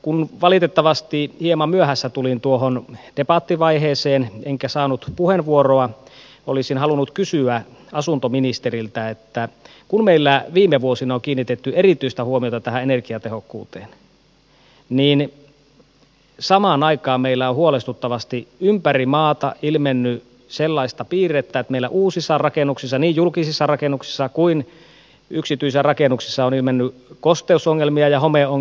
kun valitettavasti hieman myöhässä tulin tuohon debattivaiheeseen enkä saanut puheenvuoroa olisin halunnut kysyä asuntoministeriltä siitä että meillä viime vuosina on kiinnitetty erityistä huomiota tähän energiatehokkuuteen ja samaan aikaan on huolestuttavasti ympäri maata ilmennyt sellaista piirrettä että meillä on uusissa rakennuksissa niin julkisissa rakennuksissa kuin yksityisissä rakennuksissa ilmennyt kosteusongelmia ja homeongelmia